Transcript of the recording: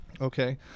Okay